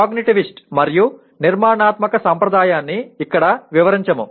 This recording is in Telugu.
కాగ్నిటివిస్ట్ మరియు నిర్మాణాత్మక సంప్రదాయాన్ని ఇక్కడ వివరించము